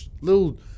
little